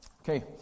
Okay